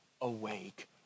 awake